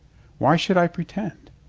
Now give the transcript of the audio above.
why should i pretend?